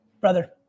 Brother